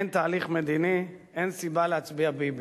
אין תהליך מדיני, אין סיבה להצביע ביבי.